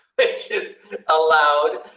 which is allowed.